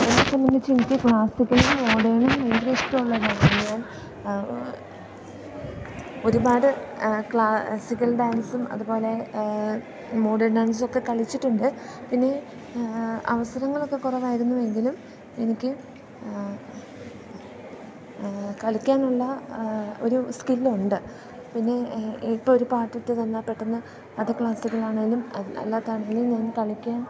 എന്നെ സംബന്ധിച്ചെനിക്ക് ക്ലാസിക്കലും മോഡേണും ഭയങ്കര ഇഷ്ടമുള്ള കാര്യമാണ് ഒരുപാട് ക്ലാസിക്കൽ ഡാൻസും അതുപോലെ മോഡേൺ ഡാൻസ് ഒക്കെ കളിച്ചിട്ടുണ്ട് പിന്നെ അവസരങ്ങളൊക്കെ കുറവായിരുന്നുവെങ്കിലും എനിക്ക് കളിക്കാനുള്ള ഒരു സ്കില്ല് ഉണ്ട് പിന്നെ ഇപ്പോൾ ഒരു പാട്ട് ഇട്ടുതന്നാൽ പെട്ടെന്ന് അത് ക്ലാസിക്കൽ ആണെങ്കിലും അല്ലാത്തതാണെങ്കിലും ഞാൻ കളിക്കാൻ